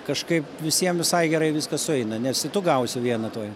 kažkaip visiem visai gerai viskas sueina nes ir tu gausi vieną tuoj